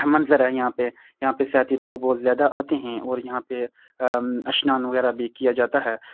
منظر ہے یہاں پہ یہاں پہ سیاحتی لوگ بہت زیادہ آتے ہیں اور یہاں پہ اشنان وغیرہ بھی کیا جاتا ہے